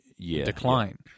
decline